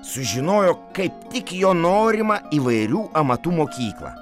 sužinojo kaip tik jo norima įvairių amatų mokyklą